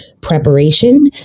preparation